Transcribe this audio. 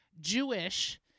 Jewish